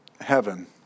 heaven